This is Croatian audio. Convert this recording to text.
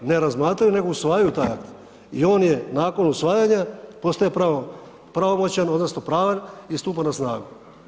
Ne razmatraju, nego usvajaju taj akt i on nakon usvajanja postaje pravomoćan odnosno pravan i stupa na snagu.